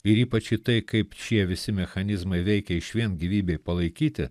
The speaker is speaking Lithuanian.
ir ypač į tai kaip šie visi mechanizmai veikia išvien gyvybei palaikyti